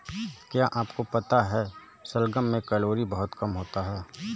क्या आपको पता है शलजम में कैलोरी बहुत कम होता है?